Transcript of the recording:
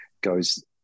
goes